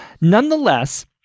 Nonetheless